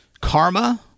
karma